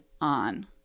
on